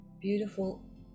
beautiful